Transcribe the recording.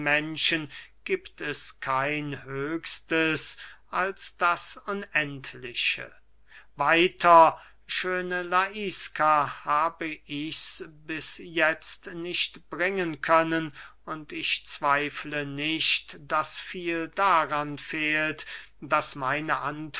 menschen giebt es kein höchstes als das unendliche weiter schöne laiska habe ich's bis jetzt nicht bringen können und ich zweifle nicht daß viel daran fehlt daß meine